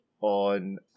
on